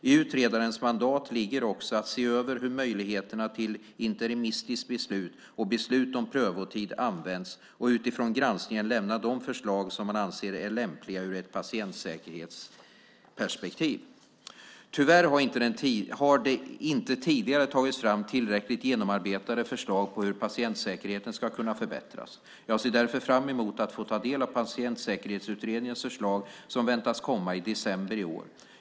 I utredarens mandat ligger också att se över hur möjligheterna till interimistiskt beslut och beslut om prövotid används och utifrån granskningen lämna de förslag som man anser är lämpliga ur ett patientsäkerhetsperspektiv. Tyvärr har det inte tidigare tagits fram tillräckligt genomarbetade förslag på hur patientsäkerheten ska kunna förbättras. Jag ser därför fram emot att få ta del av Patientsäkerhetsutredningens förslag som väntas komma i december i år.